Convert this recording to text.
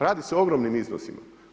Radi se o ogromnim iznosima.